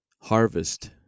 harvest